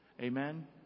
Amen